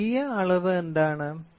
ദ്വിതീയ അളവ് എന്താണ്